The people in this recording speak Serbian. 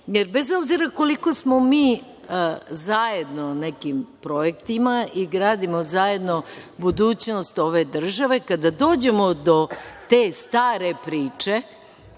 jer bez obzira koliko smo mi zajedno na nekim projektima i gradimo zajedno budućnost ove države, kada dođemo do te stare priče,